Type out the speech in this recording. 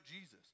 Jesus